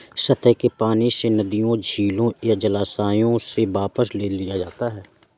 सतह के पानी से नदियों झीलों या जलाशयों से वापस ले लिया जाता है